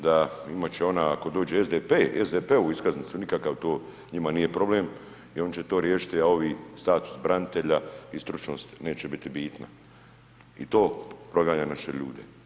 Da, imat će ona ako dođe SDP-e, SDP-ovu iskaznicu nikakav to njima nije problem i oni će to riješiti a ovi status branitelja i stručnost neće biti bitna i to proganja naše ljude.